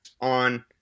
on